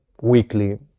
weekly